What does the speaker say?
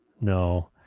no